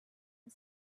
and